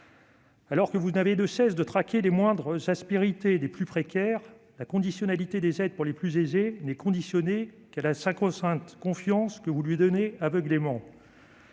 voie. Si vous n'avez de cesse de traquer les moindres aspérités des plus précaires, les aides pour les plus aisés ne sont conditionnées qu'à la sacro-sainte confiance que vous leur accordez aveuglément